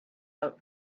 out